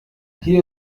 hier